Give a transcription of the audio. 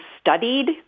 studied